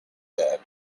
cap